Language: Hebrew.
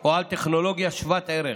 או על טכנולוגיה שוות ערך,